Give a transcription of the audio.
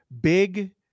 big